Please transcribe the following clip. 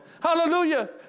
Hallelujah